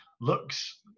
looks